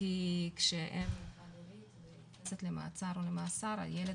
כי כשאין דמות הורית והאימא בעצם נכנסת למעצר או למאסר הילד